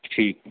ठीक आहे